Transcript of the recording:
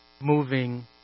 moving